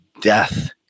death